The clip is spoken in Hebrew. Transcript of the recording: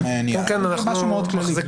משהו מאוד כללי.